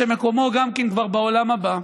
שמקומו גם כן כבר בעולם הבא,